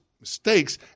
mistakes